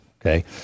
Okay